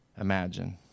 imagine